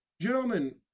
Gentlemen